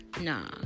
Nah